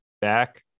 back